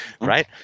right